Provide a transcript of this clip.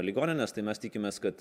ligonines tai mes tikimės kad